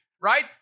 right